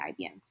IBM